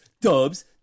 dubs